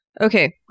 Okay